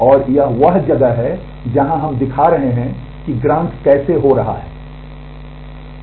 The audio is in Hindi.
और यह वह जगह है जहां हम दिखा रहे हैं कि ग्रांट्स कैसे हो रहा है